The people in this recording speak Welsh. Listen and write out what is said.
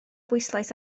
bwyslais